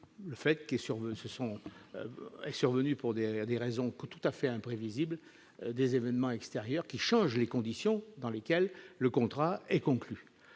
est sur ce sont. Est survenu pour des des raisons que tout à fait imprévisible des événements extérieurs qui change les conditions dans lesquelles le contrat est conclu,